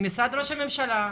משרד הממשלה?